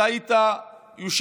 אתה היית יושב-ראש